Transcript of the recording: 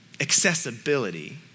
accessibility